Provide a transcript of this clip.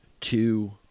two